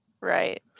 Right